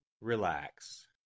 Relax